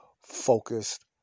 focused